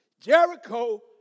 Jericho